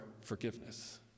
forgiveness